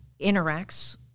interacts